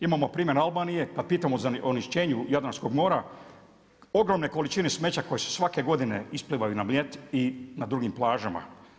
Imamo primjer Albanije, pa pitamo za onečišćenje Jadranskog mora, ogromne količine smeća koje svake godine isplivaju na Mljet i na drugim plažama.